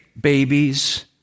babies